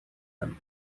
them